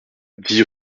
dix